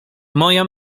moja